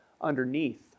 underneath